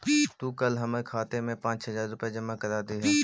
तू कल हमर खाते में पाँच हजार रुपए जमा करा दियह